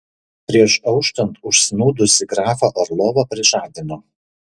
prieš auštant užsnūdusį grafą orlovą prižadino